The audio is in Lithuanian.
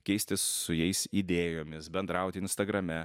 keistis su jais idėjomis bendraut instagrame